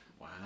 Wow